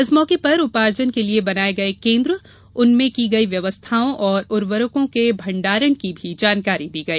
इस मौके पर उपार्जन के लिये बनाये गये केन्द्र उनमें की गई व्यवस्थाओं तथा उर्वरकों के भंडारण की भी जानकारी दी गई